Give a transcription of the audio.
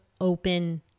open